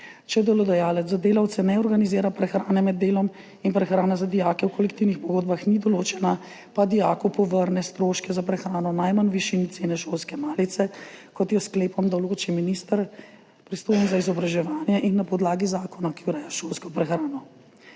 Če delodajalec za delavce ne organizira prehrane med delom in prehrana za dijake v kolektivnih pogodbah ni določena, pa dijaku povrne stroške za prehrano najmanj v višini cene šolske malice, kot jo s sklepom določi minister, pristojen za izobraževanje, in na podlagi zakona, ki ureja šolsko prehrano.